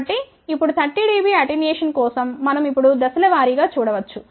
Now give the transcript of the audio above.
కాబట్టి ఇప్పుడు 30 dB attenuation కోసం మనం ఇప్పుడు దశల వారీ గా చూడ వచ్చు